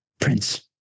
prince